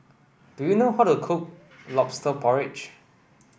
do you know how to cook lobster porridge